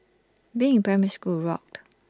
being in primary school rocked